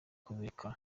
kubireka